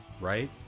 Right